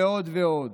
ועוד ועוד.